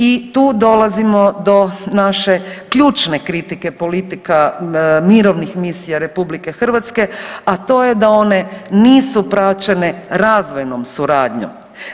I tu dolazimo do naše ključne kritike politika mirovnih misija RH, a to je da one nisu praćene razvojnom suradnjom.